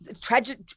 tragic